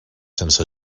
sense